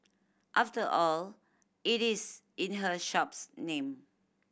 after all it is in her shop's name